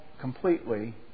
completely